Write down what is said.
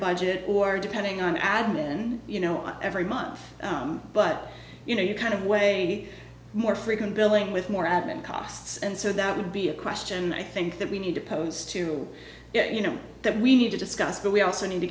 budget or depending on admin you know every month but you know you kind of way more frequent billing with more admin costs and so that would be a question i think that we need to pose to you know that we need to discuss but we also need to